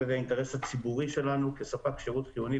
הציבורי שלנו כספק שירות חיוני,